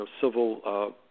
civil